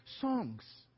songs